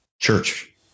church